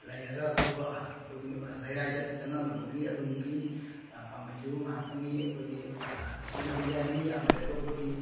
ꯂꯩꯔꯒ ꯑꯩꯈꯣꯏ ꯑꯩꯈꯣꯏꯒꯤ ꯂꯩꯔꯥꯏꯗ ꯆꯪꯉꯛꯅꯕꯒꯤ ꯑꯗꯨꯒꯨꯝꯕꯒꯤ ꯄꯥꯝꯕꯩꯁꯨ ꯉꯥꯛꯇꯪꯒꯤ ꯑꯩꯈꯣꯏꯒꯤ ꯁꯤꯖꯤꯟꯅꯕ ꯌꯥꯏ ꯃꯤ ꯌꯥꯝꯅ ꯂꯩꯔꯒꯕꯨꯗꯤ